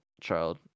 child